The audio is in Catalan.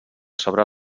sobre